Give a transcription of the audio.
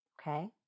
Okay